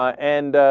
and ah.